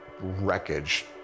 wreckage